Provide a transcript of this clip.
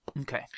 Okay